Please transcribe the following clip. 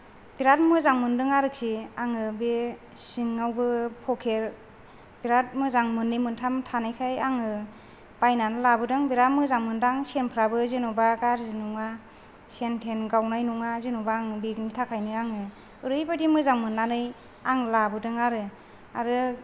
बिराद मोजां मोनदों आरोखि आङो बे सिङावबो पकेट बिराद मोजां मोननै मोनथाम थानायखाय आङो बायनानै लाबोदों बिराद मोजां मोनदों आं सेनफ्राबो जेन'बा गाज्रि नङा सेन थेन गावनाय नङा जेनबा आं बेगनि थाखायनो आङो ओरैबायदि मोजां मोननानै आं लाबोदों आरो आरो